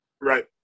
Right